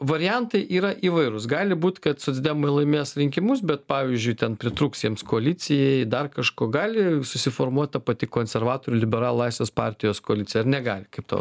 variantai yra įvairūs gali būt kad socdemai laimės rinkimus bet pavyzdžiui ten pritrūks jiems koalicijai dar kažko gali susiformuot ta pati konservatorių liberalų laisvės partijos koalicija ar negali kaip tau